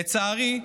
לצערי,